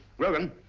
grogan,